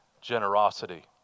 generosity